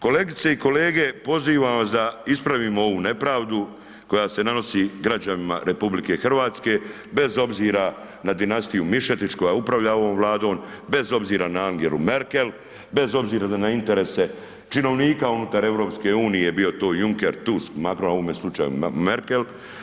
Kolegice i kolege pozivam vas da ispravimo ovu nepravdu koja se nanosi građanima RH bez obzira na dinastiju Mišetić koja upravlja ovom Vladom, bez obzira na Angelu Merkel, bez obzira na interese činovnika unutar EU bio to Juncker, Tusk, Macron, a u ovome slučaju Merkel.